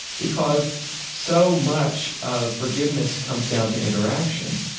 because so much of forgiveness comes down to interaction.